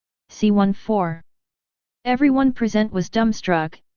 c one four everyone present was dumbstruck,